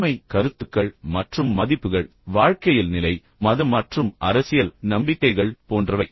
ஆளுமை கருத்துக்கள் மற்றும் மதிப்புகள் வாழ்க்கையில் நிலை மத மற்றும் அரசியல் நம்பிக்கைகள் போன்றவை